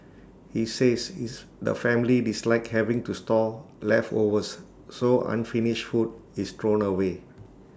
he says is the family dislike having to store leftovers so unfinished food is thrown away